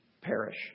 perish